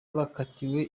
bakatiwe